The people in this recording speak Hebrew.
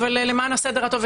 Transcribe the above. אבל למען הסדר הטוב,